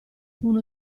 uno